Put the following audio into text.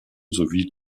sowie